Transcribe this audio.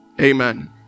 Amen